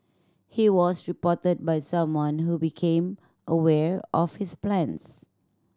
he was reported by someone who became aware of his plans